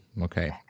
Okay